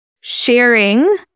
sharing